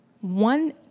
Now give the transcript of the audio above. one